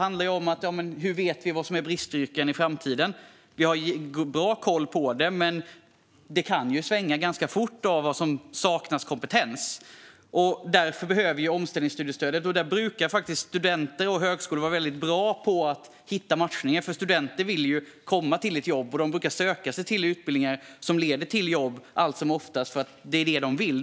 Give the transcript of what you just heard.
Hur vet vi vad som är bristyrken i framtiden? Vi har bra koll på det, men var kompetens saknas är ju något som kan svänga ganska fort. Därför behöver vi omställningsstudiestödet. Studenter och högskolor brukar faktiskt vara väldigt bra på att hitta matchning, för studenter vill ju komma till ett jobb, och de brukar allt som oftast söka sig till utbildningar som leder till jobb, för det är det de vill.